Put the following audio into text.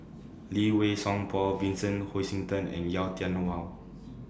Lee Wei Song Paul Vincent Hoisington and Yau Tian Yau